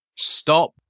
Stop